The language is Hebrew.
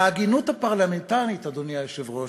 ההגינות הפרלמנטרית, אדוני היושב-ראש,